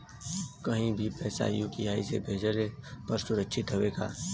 कहि भी पैसा यू.पी.आई से भेजली पर ए सुरक्षित हवे का?